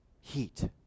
heat